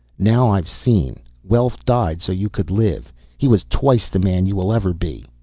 now i've seen. welf died so you could live. he was twice the man you will ever be.